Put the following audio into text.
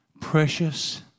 precious